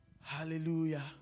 Hallelujah